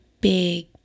big